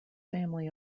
family